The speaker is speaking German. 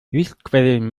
lichtquellen